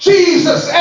Jesus